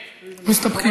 להסתפק.